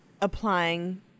applying